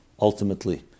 ultimately